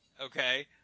okay